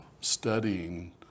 studying